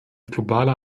globaler